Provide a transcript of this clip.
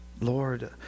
Lord